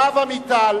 הרב עמיטל